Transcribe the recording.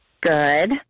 good